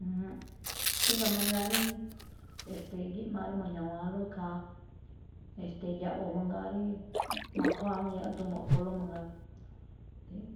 Ajánꞌ, ríga̱ mangaa rí, e̱ste̱e̱, gíꞌmaa rí mu̱ña̱wa̱ánlóꞌ khaa, e̱ste̱e̱, ya̱ꞌwo̱ mangaa, rí ma̱khuáa awúun yaꞌduun mo̱ꞌpholóꞌ mangaa,